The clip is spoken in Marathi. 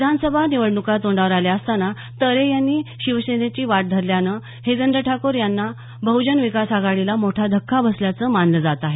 विधानसभा निवडणूका तोंडावर आल्या असताना तरे यांनी शिवसेनेची वाट धरल्यानं हितेंद्र ठाकूर यांच्या बह्जन विकास आघाडीला मोठा धक्का बसल्याचं मानलं जात आहे